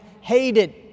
hated